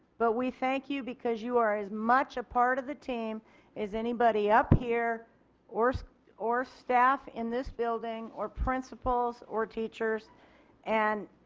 but we thank you because you are as much of a part of the team as anybody up here or so or staff in this building or principals or teachers and